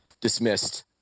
dismissed